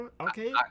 okay